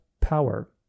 power